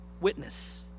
witness